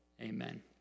Amen